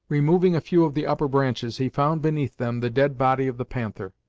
removing a few of the upper branches, he found beneath them the dead body of the panther.